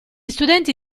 studenti